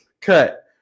cut